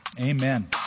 amen